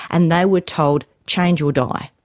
and they were told change or die.